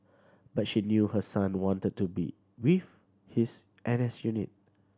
but she knew her son wanted to be with his N S unit